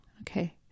Okay